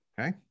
Okay